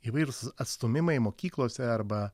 įvairūs atstūmimai mokyklose arba